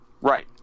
Right